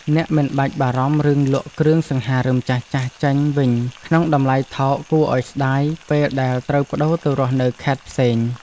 អ្នកមិនបាច់បារម្ភរឿងលក់គ្រឿងសង្ហារិមចាស់ៗចេញវិញក្នុងតម្លៃថោកគួរឱ្យស្ដាយពេលដែលត្រូវប្ដូរទៅរស់នៅខេត្តផ្សេង។